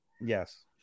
Yes